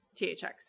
THX